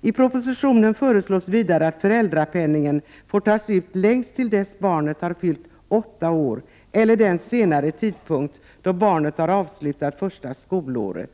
I propositionen föreslås vidare att föräldrapenningen får tas ut längst till dess barnet har fyllt åtta år, eller den senare tidpunkt då barnet har avslutat första skolåret.